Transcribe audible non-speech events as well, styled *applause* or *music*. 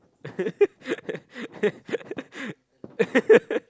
*laughs*